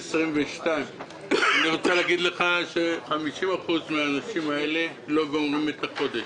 אני רוצה להגיד לך ש50% מהאנשים הללו לא גומרים את החודש.